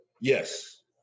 yes